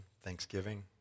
thanksgiving